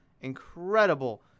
incredible